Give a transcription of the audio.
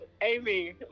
Amy